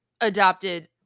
adopted